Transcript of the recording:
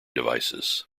devices